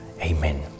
Amen